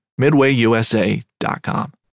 MidwayUSA.com